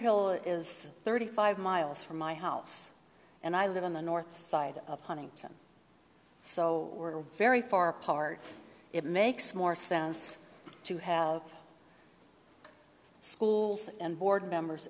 hill is thirty five miles from my house and i live on the north side of huntington so we're very far apart it makes more sense to have schools and board members